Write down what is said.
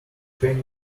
penny